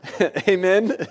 Amen